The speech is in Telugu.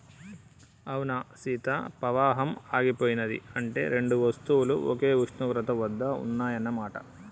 అవునా సీత పవాహం ఆగిపోయినది అంటే రెండు వస్తువులు ఒకే ఉష్ణోగ్రత వద్ద ఉన్నాయన్న మాట